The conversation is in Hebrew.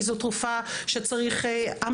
כי זו תרופה שצריך המלצה.